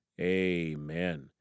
amen